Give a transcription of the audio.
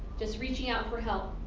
just reaching out for help.